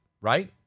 Right